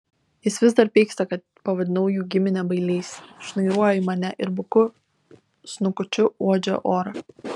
jis vis dar pyksta kad pavadinau jų giminę bailiais šnairuoja į mane ir buku snukučiu uodžia orą